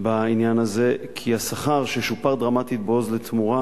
בעניין הזה, כי השכר ששופר דרמטית ב"עוז לתמורה"